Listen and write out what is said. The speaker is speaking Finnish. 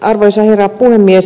arvoisa herra puhemies